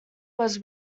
was